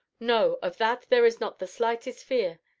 no, of that there is not the slightest fear,